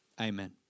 Amen